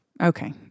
okay